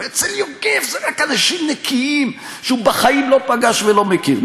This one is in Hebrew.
ואצל יוגב זה רק אנשים נקיים שהוא בחיים לא פגש ולא מכיר,